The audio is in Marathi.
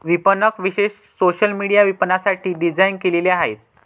विपणक विशेषतः सोशल मीडिया विपणनासाठी डिझाइन केलेले आहेत